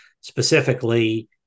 Specifically